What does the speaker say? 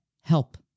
help